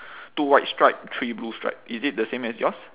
two white stripe three blue stripe is it the same as yours